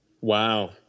wow